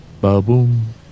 Ba-boom